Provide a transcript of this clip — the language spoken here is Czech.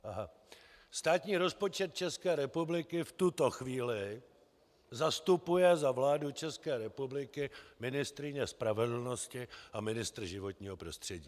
Aha, státní rozpočet České republiky v tuto chvíli zastupuje za vládu České republiky ministryně spravedlnosti a ministr životního prostředí.